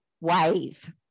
wave